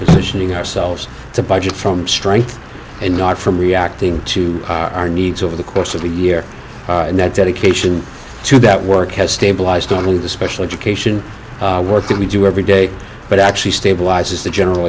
positioning ourselves to budget from strength and not from reacting to our needs over the course of the year and that dedication to that work has stabilised only the special education work that we do every day but actually stabilizes the general